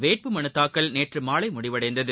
வேட்பு மனுதாக்கல் நேற்று மாலை முடிவடைந்தது